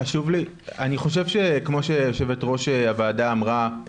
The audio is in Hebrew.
אני חושב שכמו שיושבת-ראש הוועדה אמרה,